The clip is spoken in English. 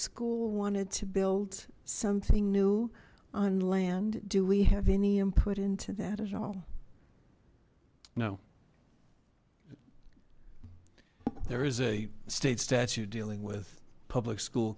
school wanted to build something new on land do we have any input into that at all no there is a state statute dealing with public school